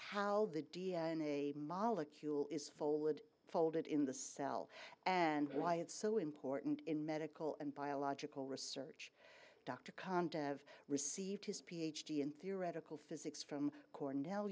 how the d n a molecule is folded folded in the cell and why it's so important in medical and biological research dr khan to have received his ph d in theoretical physics from cornell